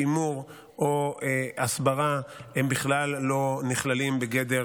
שימור או הסברה הם בכלל לא נכללים בגדר